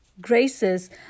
graces